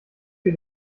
für